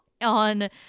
on